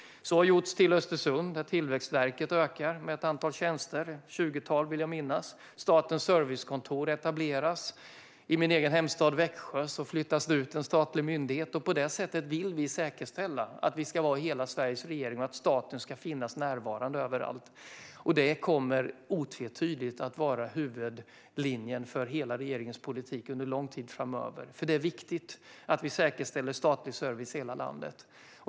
Så har gjorts till Östersund. Där ökar Tillväxtverket med ett antal tjänster. Jag vill minnas att det var ett tjugotal. Statens servicekontor etableras. Till min hemstad Växjö flyttas det en statlig myndighet. På det sättet vill vi säkerställa att vi ska vara hela Sveriges regering och att staten ska finnas närvarande överallt. Det kommer otvetydigt att vara huvudlinjen för hela regeringens politik under en lång tid framöver, för det är viktigt att vi säkerställer statlig service i hela landet.